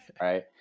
right